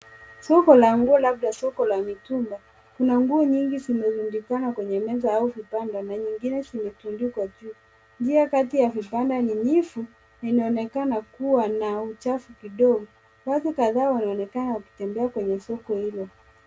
Soko la nguo labda soko la mitumba. Kuna nguo nyingi zimerundikana kwenye soko au vibanda na nyingine zimetundikwa juu. Njia kati ya vibanda ni refu na inaonekana kuwa na uchafu kidogo. Watu kadhaa wanaonekana wakitembea kwenye soko hilo.